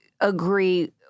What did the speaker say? agree